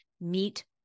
meet